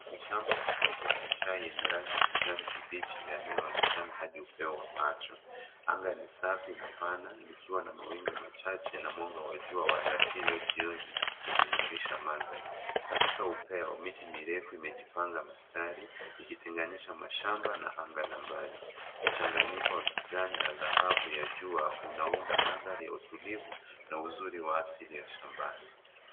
Mashamba makubwa ya chai yenye rangi ya kijani kibichi yanayoonekana hadi upeo wa macho. Anga ni safi na pana liiwa na amwingu machache na mwanga wa jua wa alasiri ya jioni uking'arisha maandhari. Katika upeo, miti mirefu imejipamga mistari ikitenganisha mashamba na anga la mbali. Mchanganyio wa kijan ana anga la jua unaunda maandari ya utulivu na uzuri wa asili ya shambani.